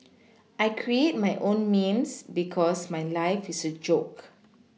I create my own memes because my life is a joke